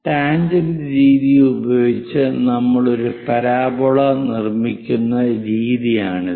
tangent രീതി ഉപയോഗിച്ച് നമ്മൾ ഒരു പരാബോള നിർമ്മിക്കുന്ന രീതിയാണിത്